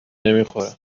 نمیخوره